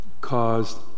caused